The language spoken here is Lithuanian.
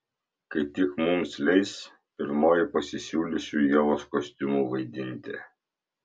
kai tik mums leis pirmoji pasisiūlysiu ievos kostiumu vaidinti